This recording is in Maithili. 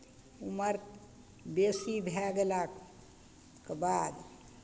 उमर बेसी भए गेलाके बाद